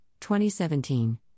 2017